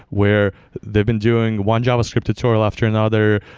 where they've been doing one javascript tutorial after another.